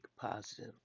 positive